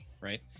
right